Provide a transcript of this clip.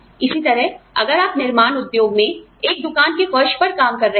इसी तरह अगर आप निर्माण उद्योग में एक दुकान के फर्श पर काम कर रहे हैं